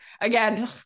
Again